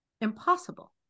impossible